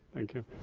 thank you.